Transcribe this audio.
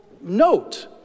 note